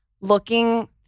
looking